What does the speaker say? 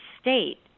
state